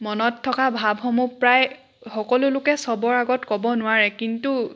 মনত থকা ভাৱসমূহ প্ৰায় সকলো লোকে চবৰ আগত ক'ব নোৱাৰে কিন্তু